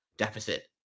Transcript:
deficit